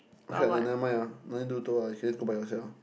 okay ah never mind ah no need do tour lah you can just go by yourself